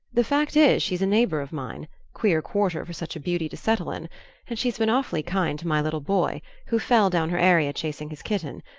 the fact is she's a neighbour of mine queer quarter for such a beauty to settle in and she's been awfully kind to my little boy, who fell down her area chasing his kitten,